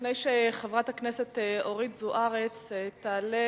לפני שחברת הכנסת אורית זוארץ תעלה